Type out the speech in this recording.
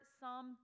Psalm